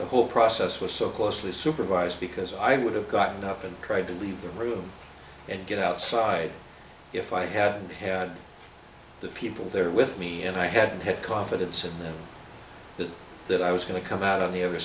the whole process was so closely supervised because i would have gotten up and tried to leave the room and get outside if i hadn't had the people there with me and i had confidence in them that i was going to come out on the other